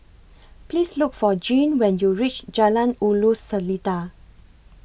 Please Look For Jean when YOU REACH Jalan Ulu Seletar